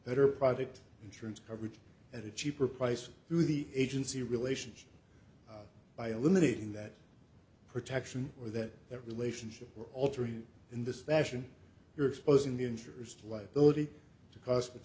better product insurance coverage at a cheaper price through the agency relationship by eliminating that protection or that that relationship or altering in this fashion you're exposing the interest liability